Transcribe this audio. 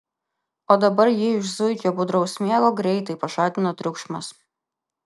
o dabar jį iš zuikio budraus miego greitai pažadino triukšmas